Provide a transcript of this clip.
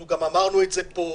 גם אמרנו את זה פה,